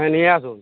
হ্যাঁ নিয়ে আসুন